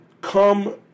come